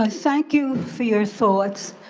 ah thank you for your so thoughts.